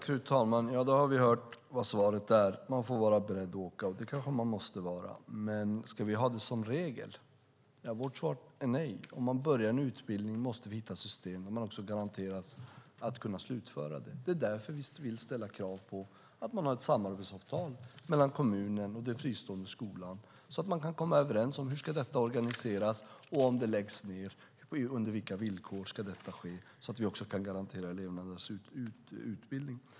Fru talman! Ja, då har vi hört vad svaret är, att man får vara beredd att åka, och det kanske man måste vara. Men ska vi ha det som regel? Vårt svar är nej. Om man börjar en utbildning måste det finnas ett system som garanterar att man kan slutföra den. Det är därför vi vill ställa krav på att det ska finnas ett samarbetsavtal mellan kommunen och den fristående skolan, så att de kan komma överens om hur utbildningen ska organiseras och om den läggs ned under vilka villkor detta ska ske, så att vi kan garantera eleverna deras utbildning.